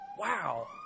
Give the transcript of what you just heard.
wow